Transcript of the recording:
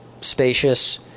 spacious